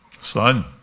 Son